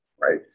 Right